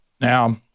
Now